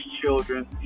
children